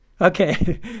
Okay